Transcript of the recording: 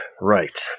Right